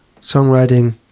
songwriting